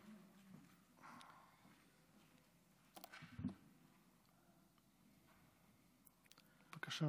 בבקשה,